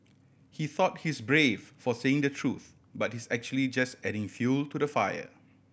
he thought he's brave for saying the truth but he's actually just adding fuel to the fire